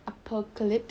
apocalypse